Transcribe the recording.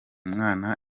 mwana